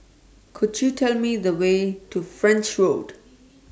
Could YOU Tell Me The Way to French Road